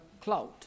cloud